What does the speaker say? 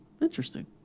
Interesting